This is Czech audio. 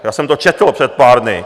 Já jsem to četl před pár dny.